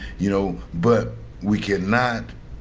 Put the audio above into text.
you know but we cannot